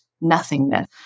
nothingness